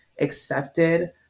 accepted